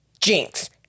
Jinx